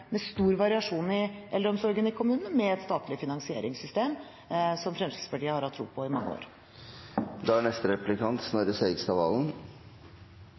med stor variasjon i eldreomsorgen i kommunene – med et statlig finansieringssystem, som Fremskrittspartiet har hatt tro på i mange år.